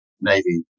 navy